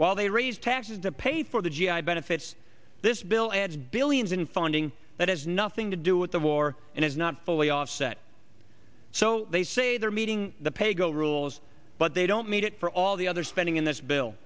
while they raise taxes to pay for the g i benefits this bill adds billions in funding that has nothing to do with the war and is not fully offset so they say they're meeting the pay go rules but they don't need it for all the other spending in this bill